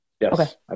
Yes